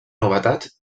novetats